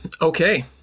Okay